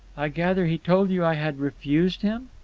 i gather he told you i had refused him.